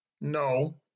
No